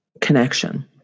connection